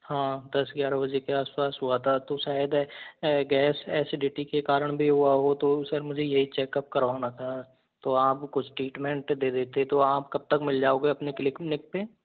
हाँ दस ग्यारह बजे के आस पास हुआ था तो शायद गैस एसिडिटी के कारण भी हुआ हो तो सर मुझे ये ही चेकअप करवाना था तो आप कुछ ट्रीटमेंट दे देते तो आप कब तक मिल जाओगे अपने क्लिकनिक पे